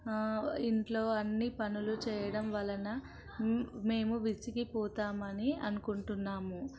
ఇంట్లో అన్ని పనులు చేయడం వలన మేము విసిగిపోతామని అనుకుంటున్నాము